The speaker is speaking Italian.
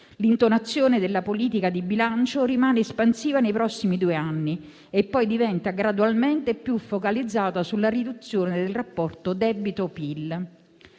L'intonazione della politica di bilancio rimane espansiva nei prossimi due anni e poi diventa gradualmente più focalizzata sulla riduzione del rapporto debito-PIL.